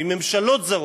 מממשלות זרות,